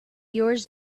yours